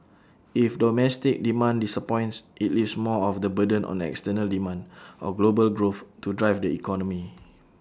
if domestic demand disappoints IT leaves more of the burden on external demand or global growth to drive the economy